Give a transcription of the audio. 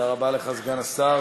תודה רבה לך, סגן השר.